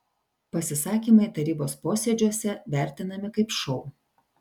pasisakymai tarybos posėdžiuose vertinami kaip šou